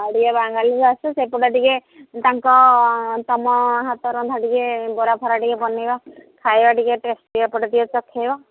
ଆଉ ଟିକେ ବାଙ୍ଗାଲୋର ଆସ ସେପଟେ ଟିକେ ତୁମ ହାତ ରନ୍ଧା ଟିକେ ବରା ଫରା ଟିକେ ବନେଇବ ଖାଇବା ଟିକେ ଟେଷ୍ଟି ଏପଟେ ଟିକେ ଚଖେଇବ